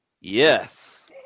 Yes